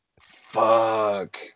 Fuck